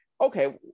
Okay